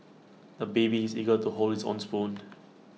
the baby is eager to hold his own spoon